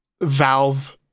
valve